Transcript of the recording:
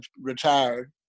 retired